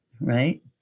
right